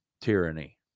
tyranny